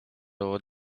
over